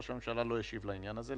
ראש הממשלה לא השיב לעניין הזה,